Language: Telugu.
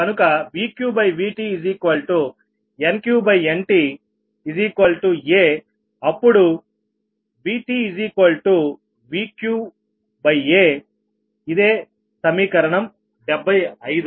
కనుక VqVtNqNtaఅప్పుడు VtVqaఇదే సమీకరణం 75